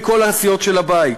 מכל הסיעות של הבית.